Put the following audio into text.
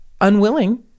unwilling